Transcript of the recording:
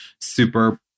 super